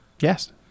Yes